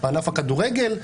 בענף הכדורגל.